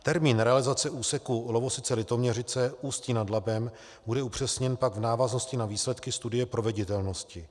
Termín realizace úseku Lovosice Litoměřice Ústí nad Labem bude pak upřesněn v návaznosti na výsledky studie proveditelnosti.